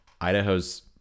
Idaho's